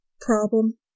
problem